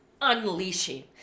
unleashing